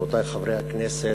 רבותי חברי הכנסת,